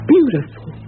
Beautiful